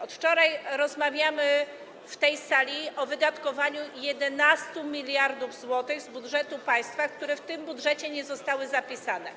Od wczoraj rozmawiamy w tej sali o wydatkowaniu 11 mld zł z budżetu państwa, które w tym budżecie nie zostały zapisane,